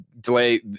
delay